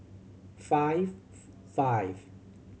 five five